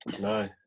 No